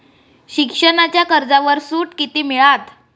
शिक्षणाच्या कर्जावर सूट किती मिळात?